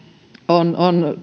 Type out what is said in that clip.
on